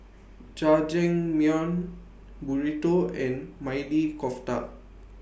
Jajangmyeon Burrito and Maili Kofta